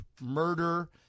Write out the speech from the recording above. murder